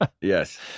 Yes